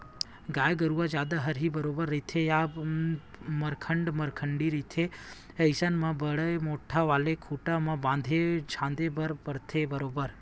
गाय गरु ह जादा हरही बरोबर रहिथे या मरखंडा मरखंडी रहिथे अइसन म बड़ मोट्ठा वाले खूटा म बांधे झांदे बर परथे बरोबर